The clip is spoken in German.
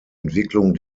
entwicklung